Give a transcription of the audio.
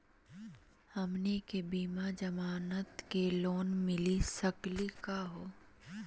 हमनी के बिना जमानत के लोन मिली सकली क हो?